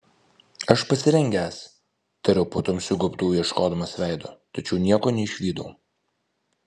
aš pasirengęs tariau po tamsiu gobtuvu ieškodamas veido tačiau nieko neišvydau